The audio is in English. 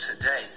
today